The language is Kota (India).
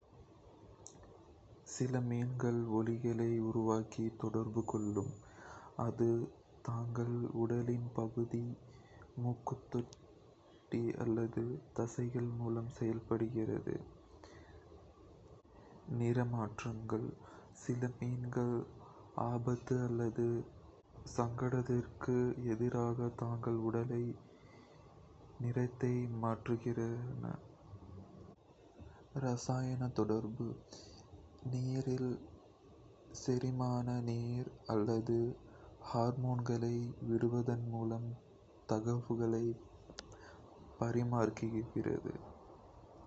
ஒலி சில மீன்கள் ஒலிகளை உருவாக்கி தொடர்பு கொள்ளும். இது தங்கள் உடலின் பகுதி, மூக்குத்தொடி அல்லது தசைகள் மூலம் செய்யப்படுகிறது. செயல் அல்லது அசைவுகள் மீன்கள் குதிப்பு, அசைவுகள் அல்லது உடல் நிலையை மாற்றுவதன் மூலம் தகவலை பரிமாறும். நிற மாற்றங்கள் சில மீன்கள் ஆபத்து அல்லது சங்கடத்திற்கு எதிராக தங்கள் உடல் நிறத்தை மாற்றுகின்றன. ரசாயன தொடர்பு நீரில் செரிமானநீர் அல்லது ஹார்மோன்களை விடுவதன் மூலம் தகவலை பரிமாறுகின்றன.